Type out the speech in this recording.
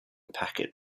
packet